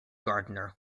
gardiner